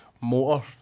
motor